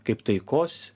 kaip taikos